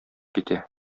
китә